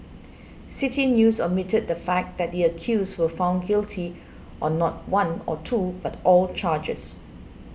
City News omitted the fact that the accused were found guilty on not one or two but all charges